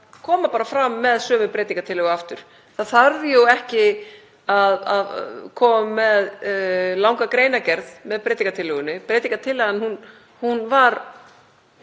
koma bara fram með sömu breytingartillögu aftur. Það þarf ekki að koma með langa greinargerð með breytingartillögunni, tillagan var